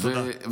תודה.